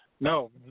No